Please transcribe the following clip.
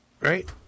Right